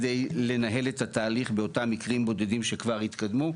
כדי לנהל את התהליך באותם מקרים בודדים שכבר התקדמו,